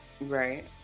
Right